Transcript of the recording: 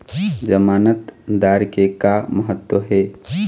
जमानतदार के का महत्व हे?